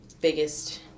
biggest